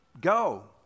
go